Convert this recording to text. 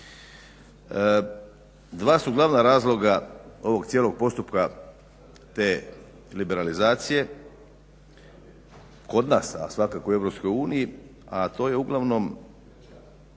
Dva su glavna razloga ovog cijelog postupka te liberalizacije kod nas a svakako u EU a to je uglavnom